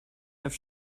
have